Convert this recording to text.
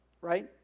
right